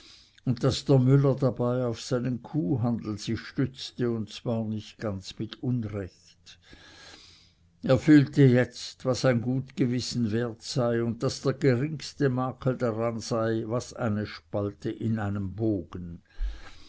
und daß der müller dabei auf seinen kuhhandel sich stützte und zwar nicht ganz mit unrecht er fühlte jetzt was ein gut gewissen wert sei und daß der geringste makel daran sei was eine spalte in einem bogen